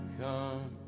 come